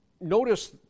notice